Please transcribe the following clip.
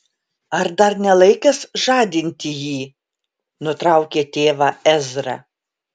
ar dar ne laikas žadinti jį nutraukė tėvą ezra